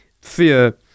fear